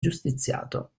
giustiziato